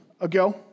ago